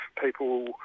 people